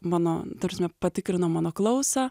mano ta prasme patikrino mano klausą